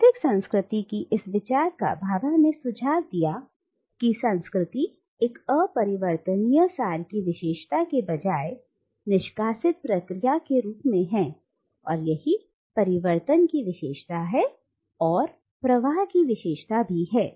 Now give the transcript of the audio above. स्थैतिक संस्कृति की इस विचार का भाभा ने सुझाव दिया कि संस्कृति एक अपरिवर्तनीय सार की विशेषता के बजाए निष्कासित प्रक्रिया के रूप में हैं और यही परिवर्तन की विशेषता है और प्रवाह की विशेषता है